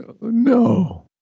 No